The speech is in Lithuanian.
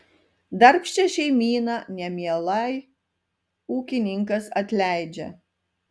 darbščią šeimyną nemielai ūkininkas atleidžia